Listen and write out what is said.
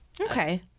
okay